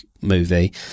movie